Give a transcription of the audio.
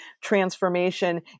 transformation